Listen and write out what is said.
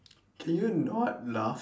can you not laugh